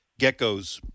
geckos